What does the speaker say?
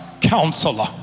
Counselor